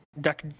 Duck